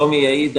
שלומי יעיד,